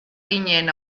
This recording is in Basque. ginen